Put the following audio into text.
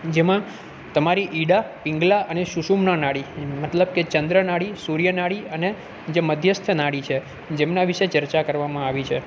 જેમાં તમારી ઇડા પિંગલા અને સુષુમ્ન નાડી મતલબ કે ચંદ્ર નાડી સુર્ય નાડી અને જે મધ્યસ્થ નાડી છે જેમના વિષે ચર્ચા કરવામાં આવી છે